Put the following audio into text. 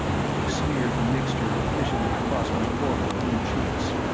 she smeared the mixture efficiently across my forehead and cheeks.